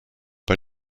pas